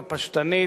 הפשטנית,